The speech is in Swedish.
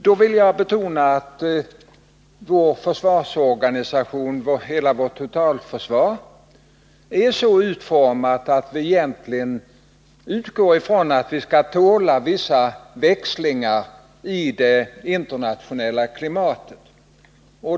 Då vill jag betona att vår försvarsorganisation, dvs. hela vårt totalförsvar, är så utformad och egentligen utgår ifrån att vårt försvar skall tåla vissa växlingar i det internationella klimatet.